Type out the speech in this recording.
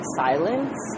silence